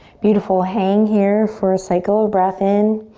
beautiful, hang here for a cycle ah breath in.